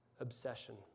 obsession